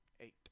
eight